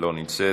אינה נוכחת,